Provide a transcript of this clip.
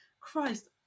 Christ